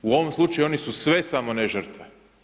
U ovom slučaju oni su sve samo ne žrtve.